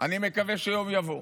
אני מקווה שיום יבוא,